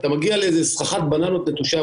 אתה מגיע לאיזו סככת בננות נטושה,